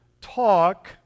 talk